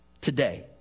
today